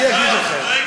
אני אגיד לכם, יואל,